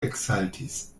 eksaltis